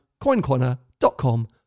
coincorner.com